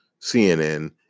CNN